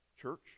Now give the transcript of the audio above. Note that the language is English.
Church